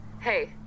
Hey